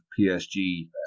PSG